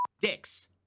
dicks